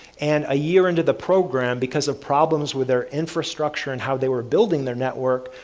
and a year into the program, because of problems with their infrastructure and how they were building their network,